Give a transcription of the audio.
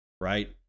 right